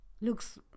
looks